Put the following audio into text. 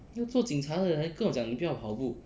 要做警察的你来跟我讲你不要跑步